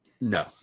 No